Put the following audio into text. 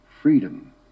freedom